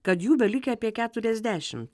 kad jų belikę apie keturiasdešim